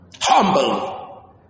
Humble